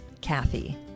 Kathy